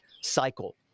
cycle